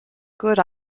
good